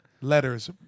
Letters